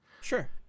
sure